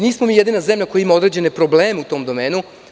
Nismo mi jedina zemlja koja ima određene probleme u tom domenu.